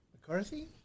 McCarthy